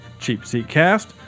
cheapseatcast